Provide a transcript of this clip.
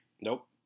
Nope